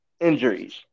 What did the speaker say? injuries